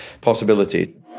possibility